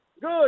Good